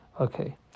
Okay